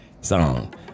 song